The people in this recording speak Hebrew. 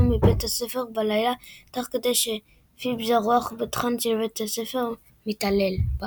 מבית הספר בלילה תוך כדי שפיבס הרוח הבדחן של בית הספר מתעלל בה